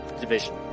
division